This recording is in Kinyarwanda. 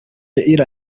ira